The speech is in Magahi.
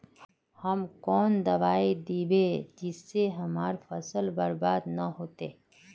हम कौन दबाइ दैबे जिससे हमर फसल बर्बाद न होते?